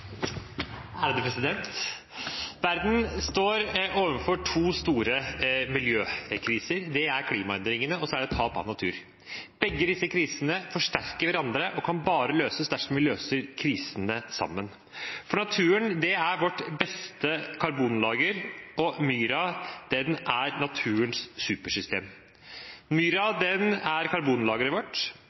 klimaendringene, og så er det tap av natur. Begge disse krisene forsterker hverandre og kan bare løses dersom vi løser krisene sammen. Naturen er vårt beste karbonlager, og myra er naturens supersystem. Myra er karbonlageret vårt, den er